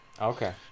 Okay